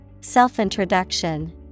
Self-Introduction